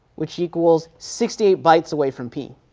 which equals sixty eight bytes away from p,